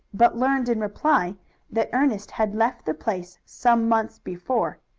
but learned in reply that ernest had left the place some months before,